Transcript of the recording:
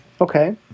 Okay